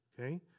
Okay